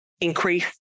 increase